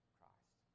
Christ